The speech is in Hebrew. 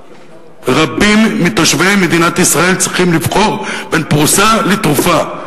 רבים מתושבי מדינת ישראל צריכים לבחור בין פרוסה לתרופה,